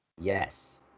yes